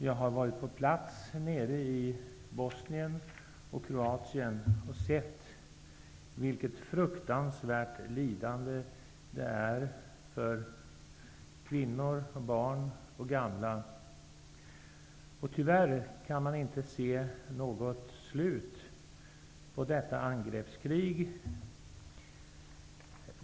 Jag har varit på plats nere i Bosnien och Kroatien och sett vilket fruktansvärt lidande det är för kvinnor, barn och gamla. Tyvärr kan man inte se något slut på det angreppskrig som pågår.